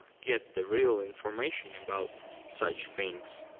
get the real information about such things.